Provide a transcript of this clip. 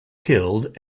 killed